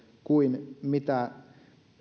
kuin mitä